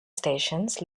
stations